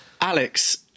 Alex